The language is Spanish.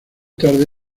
tarde